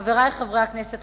חברי חברי הכנסת,